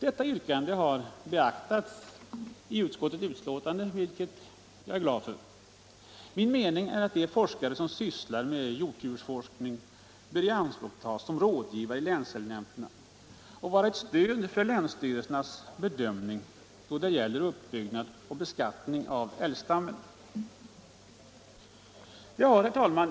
Detta yrkande har beaktats i utskottets betänkande, vilket jag är glad över. Min mening är att de forskare som sysslar med hjortdjursforskning bör ianspråktas som rådgivare vid länsälgnämnderna och vara ett stöd vid länsstyrelsernas bedömning då det gäller uppbyggnad och beskattning av älgstammen. Herr talman!